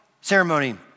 ceremony